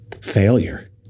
Failure